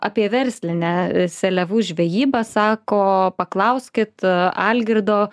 apie verslinę seliavų žvejybą sako paklauskit algirdo